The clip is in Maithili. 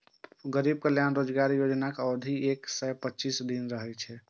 गरीब कल्याण रोजगार योजनाक अवधि एक सय पच्चीस दिन रहै